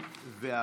61,